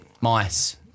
Mice